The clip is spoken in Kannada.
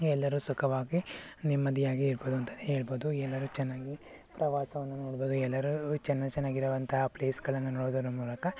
ಎಲ್ಲರೂ ಸುಖವಾಗಿ ನೆಮ್ಮದಿಯಾಗಿ ಇರ್ಬೋದು ಅಂತಲೇ ಹೇಳ್ಬೋದು ಎಲ್ಲರೂ ಚೆನ್ನಾಗಿ ಪ್ರವಾಸವನ್ನು ನೋಡ್ಬೋದು ಎಲ್ಲರೂ ಚೆನ್ನಾಗಿ ಚೆನ್ನಾಗಿ ಇರುವಂತಹ ಪ್ಲೇಸ್ಗಳನ್ನು ನೋಡೋದರ ಮೂಲಕ